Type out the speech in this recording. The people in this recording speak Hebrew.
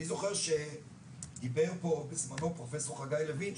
אני זוכר שדיבר כאן בזמנו פרופסור חגי לוין,